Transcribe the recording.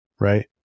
right